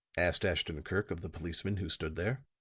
asked ashton-kirk of the policeman who stood there.